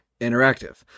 Interactive